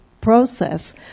process